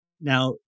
Now